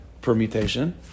permutation